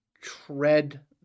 tread